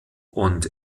und